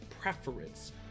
Preference